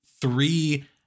three